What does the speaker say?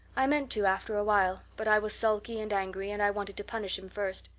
i meant to, after awhile but i was sulky and angry and i wanted to punish him first.